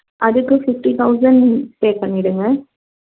அதுக்கும் fifty thousand pay பண்ணிவிடுங்க